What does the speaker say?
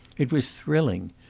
it was thrilling.